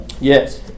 Yes